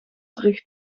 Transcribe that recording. terug